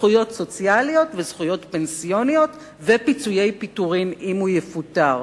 זכויות סוציאליות וזכויות פנסיוניות ופיצויי פיטורים אם הוא יפוטר.